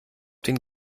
den